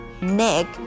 Nick